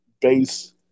base